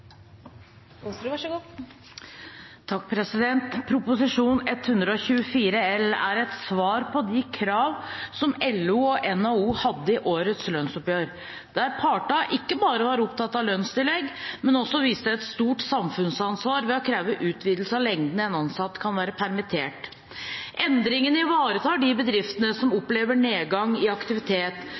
et svar på de krav som LO og NHO hadde i årets lønnsoppgjør, der partene ikke bare var opptatt av lønnstillegg, men også viste et stort samfunnsansvar ved å kreve utvidelse av hvor lenge en ansatt kan være permittert. Endringen ivaretar de bedriftene som opplever nedgang i aktivitet,